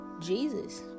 Jesus